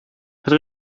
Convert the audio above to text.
het